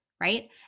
Right